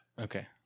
Okay